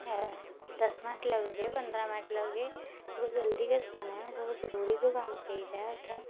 ऐ दस मिनट लगदे पंदरां मिनट लगदे थोह्ड़ा जल्दी गै जाना ऐ बड़ा जरूरी गै कम्म पेई गेदा ऐ उत्थै